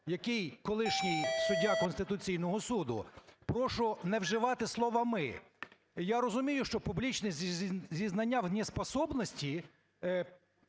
який колишній суддя Конституційного Суду, прошу не вживати слово "ми". Я розумію, що публічне зізнання в неспособности